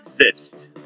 exist